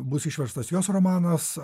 bus išverstas jos romanas